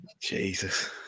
Jesus